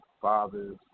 fathers